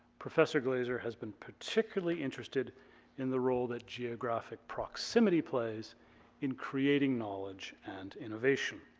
professor glaser has been particularly interested in the role that geographic proximity plays in creating knowledge and innovation.